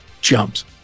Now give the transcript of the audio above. Jumps